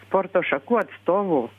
sporto šakų atstovų